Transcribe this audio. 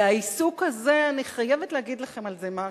והעיסוק הזה, אני חייבת להגיד לכם על זה משהו.